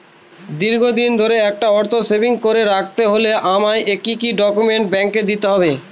দীর্ঘদিন ধরে একটা অর্থ সেভিংস করে রাখতে হলে আমায় কি কি ডক্যুমেন্ট ব্যাংকে দিতে হবে?